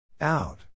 Out